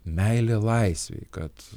meilė laisvei kad